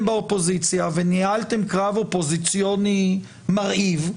באופוזיציה וניהלתם קרב אופוזיציוני מרהיב,